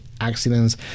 Accidents